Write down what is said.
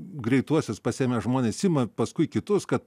greituosius pasiėmę žmonės ima paskui kitus kad